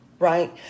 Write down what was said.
Right